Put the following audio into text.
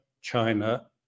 china